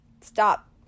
stop